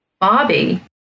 Bobby